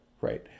right